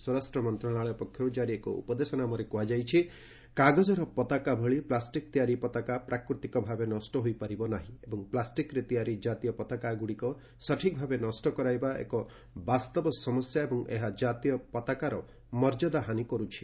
ସ୍ୱରାଷ୍ଟ୍ର ମନ୍ତ୍ରଶାଳୟ ପକ୍ଷରୁ ଜାରି ଏକ ଉପଦେଶନାମାରେ କୁହାଯାଇଛି କାଗଜର ପତାକା ଭଳି ପ୍ଲାଷ୍ଟିକ୍ ତିଆରି ପତାକା ପ୍ରାକୃତିକ ଭାବେ ନଷ୍ଟ ହୋଇପାରିବ ନାହିଁ ଏବଂ ପ୍ଲାଷ୍ଟିକ୍ରେ ତିଆରି ଜାତୀୟ ପତାକାଗୁଡ଼ିକୁ ସଠିକ୍ ଭାବେ ନଷ୍ଟ କରାଇବା ଏକ ବାସ୍ତବ ସମସ୍ୟା ଏବଂ ଏହା ଜାତୀୟ ପତାକାର ମର୍ଯ୍ୟାଦା ହାନି କରୁଛି